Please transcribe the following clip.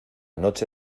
noche